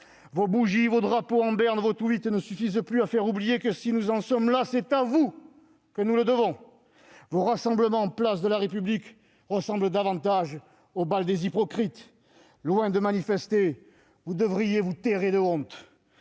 Vos bougies, vos drapeaux en berne, vos tweets ne suffisent plus à faire oublier que si nous en sommes là, c'est à vous que nous le devons. Vos rassemblements place de la République ressemblent davantage au bal des hypocrites. Au lieu de manifester, vous devriez vous terrer de honte